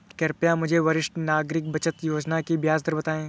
कृपया मुझे वरिष्ठ नागरिक बचत योजना की ब्याज दर बताएं?